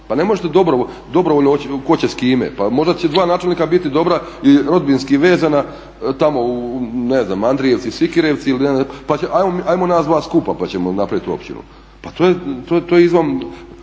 Pa ne možete dobrovoljno tko će s kime. Pa možda će dva načelnika biti dobra, rodbinski vezana tamo ne znam Andrijevci, Sikirevci, pa ćemo hajmo nas dva skupa pa ćemo napraviti općinu. Pa to je izvan,